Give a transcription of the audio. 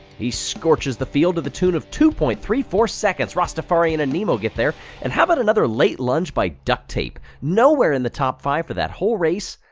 he scorches the field of the tune of two point three four seconds. rastafarian and nemo get there. and how about another late lunge by ducktape. nowhere in the top five for that whole race,